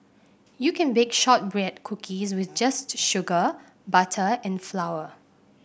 you can bake shortbread cookies with just sugar butter and flour